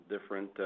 different